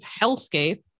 hellscape